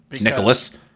Nicholas